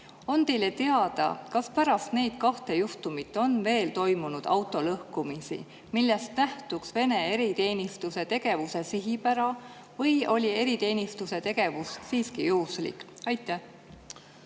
On teile teada, kas pärast neid kahte juhtumit on toimunud veel autolõhkumisi, millest nähtuks Vene eriteenistuse tegevuse sihipära, või oli eriteenistuse tegevus siiski juhuslik? Aitäh,